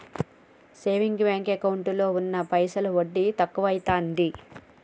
saving bank ఎకౌంటులో ఉన్న పైసలు వడ్డి తక్కువైతాంది